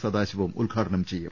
സദാശിവം ഉദ്ഘാടനം ചെയ്യും